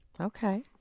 okay